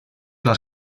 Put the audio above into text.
las